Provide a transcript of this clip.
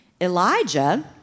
Elijah